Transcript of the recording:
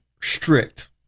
strict